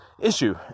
issue